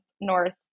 north